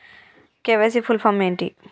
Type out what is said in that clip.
KYC full form ఏంటి?